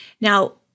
Now